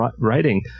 writing